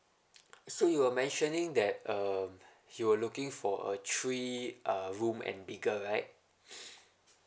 so you were mentioning that uh he will looking for a three uh room and bigger right